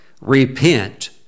repent